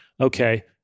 okay